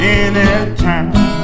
anytime